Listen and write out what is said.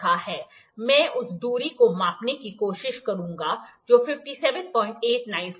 मैं उस दूरी को मापने की कोशिश करूंगा जो 57895 थी